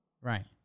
Right